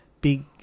big